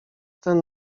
ten